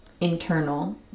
internal